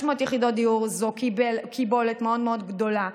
500 יחידות דיור זה קיבולת מאוד מאוד גדולה,